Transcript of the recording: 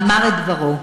אמר את דברו,